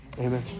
amen